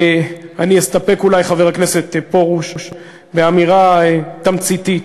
אני אסתפק אולי, חבר הכנסת פרוש, באמירה תמציתית: